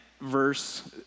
verse